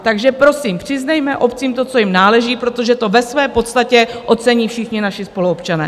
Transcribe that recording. Takže prosím, přiznejme obcím to, co jim náleží, protože to ve své podstatě ocení všichni naši spoluobčané!